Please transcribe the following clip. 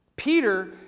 Peter